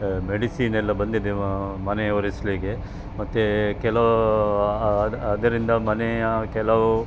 ಮೆಡಿಸಿನೆಲ್ಲ ಬಂದಿದೆ ಮನೆ ಒರೆಸಲಿಕ್ಕೆ ಮತ್ತು ಕೆಲವು ಅದರಿಂದ ಮನೆಯ ಕೆಲವು